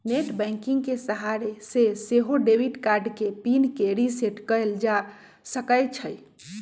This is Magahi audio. नेट बैंकिंग के सहारे से सेहो डेबिट कार्ड के पिन के रिसेट कएल जा सकै छइ